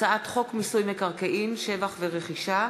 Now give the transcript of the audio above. הצעת חוק למיסוי מקרקעין (שבח ורכישה)